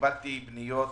קיבלתי פניות